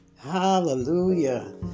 Hallelujah